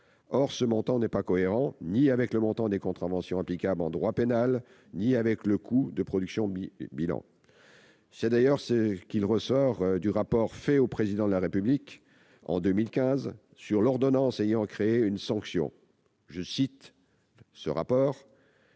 Or ce montant n'est cohérent ni avec le montant des contraventions applicables en droit pénal ni avec le coût de production du bilan. C'est d'ailleurs ce qui ressort de la lecture du rapport remis au Président de la République en 2015 sur l'ordonnance ayant créé cette sanction :« Il est